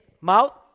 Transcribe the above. Mouth